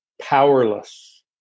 powerless